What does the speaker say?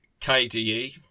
KDE